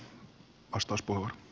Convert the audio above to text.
arvoisa puhemies